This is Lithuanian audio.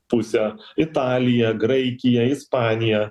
pusę italiją graikiją ispaniją